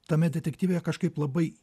tu tame detektyve kažkaip labai